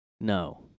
no